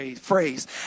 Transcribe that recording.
phrase